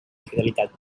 fidelitat